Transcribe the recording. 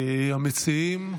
המציעים,